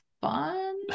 fun